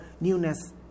newness